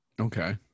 Okay